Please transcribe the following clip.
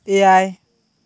ᱮᱭᱟᱭ